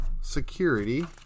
Security